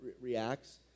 reacts